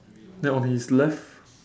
then on his left